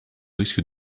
risques